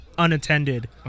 unattended